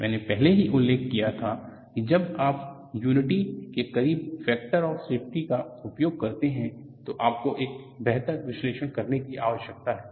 मैंने पहले ही उल्लेख किया था कि जब आप यूनिटी के करीब फैक्टर ऑफ सेफ्टी का उपयोग करते हैं तो आपको एक बेहतर विश्लेषण करने की आवश्यकता है